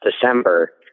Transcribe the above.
December